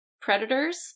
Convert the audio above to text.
predators